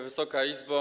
Wysoka Izbo!